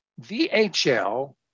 VHL